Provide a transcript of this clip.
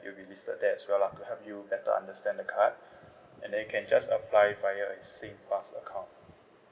it'll be listed there as well lah to help you better understand the card and then you can just apply via a singpass account